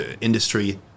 industry